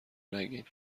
نگین